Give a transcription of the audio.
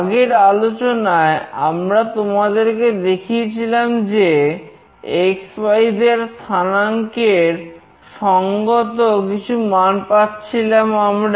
আগের আলোচনায় আমরা তোমাদেরকে দেখিয়েছিলাম যে xyz স্থানাঙ্কের সংগত কিছু মান পাচ্ছিলাম আমরা